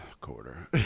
Quarter